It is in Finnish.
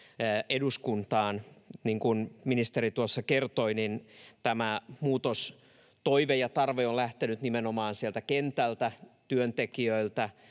eduskuntaan. Niin kuin ministeri kertoi, tämä muutostoive ja ‑tarve on lähtenyt nimenomaan sieltä kentältä, työntekijöiltä